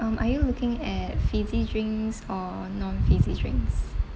um are you looking at fizzy drinks or non fizzy drinks